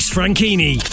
Franchini